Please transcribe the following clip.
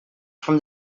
from